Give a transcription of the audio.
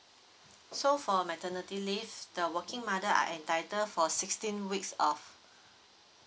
so for my maternity leave the working mother are entitled for sixteen weeks off